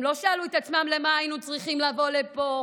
הם לא שאלו את עצמם: למה היינו צריכים לבוא לפה?